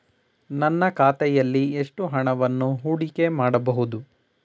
ನನ್ನ ಖಾತೆಯಲ್ಲಿ ಎಷ್ಟು ಹಣವನ್ನು ಹೂಡಿಕೆ ಮಾಡಬಹುದು?